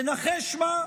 ונחש מה,